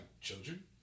children